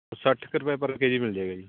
ਸੱਠ ਕੁ ਰੁਪਏ ਪਰ ਕੇਜੀ ਮਿਲ ਜਾਏਗਾ ਜੀ